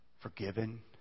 forgiven